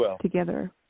together